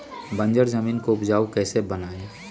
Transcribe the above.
बंजर जमीन को उपजाऊ कैसे बनाय?